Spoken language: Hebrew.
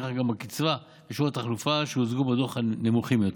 ולפיכך גם הקצבה ושיעור התחלופה שהוצגו בדוח נמוכים יותר.